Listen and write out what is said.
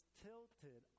tilted